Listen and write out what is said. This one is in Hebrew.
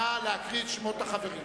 נא להקריא את שמות החברים.